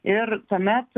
ir tuomet